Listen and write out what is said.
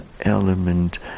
element